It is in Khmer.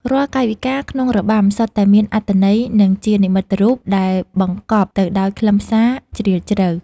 រាល់កាយវិការក្នុងរបាំសុទ្ធតែមានអត្ថន័យ និងជានិមិត្តរូបដែលបង្កប់ទៅដោយខ្លឹមសារជ្រាលជ្រៅ។